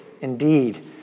indeed